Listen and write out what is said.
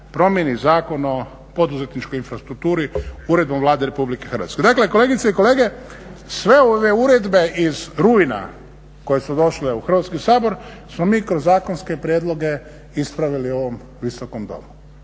promijeni Zakon o poduzetničkoj infrastrukturi uredbom Vlade Republike Hrvatske. Dakle kolegice i kolege, sve ove uredbe iz rujna koje su došle u Hrvatski sabor smo mi kroz zakonske prijedloge ispravili u ovom Visokom domu.